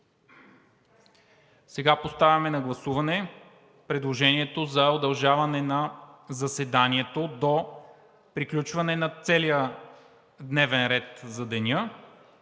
Поставям на гласуване предложението за удължаване на заседанието до приключване на целия дневен ред за деня,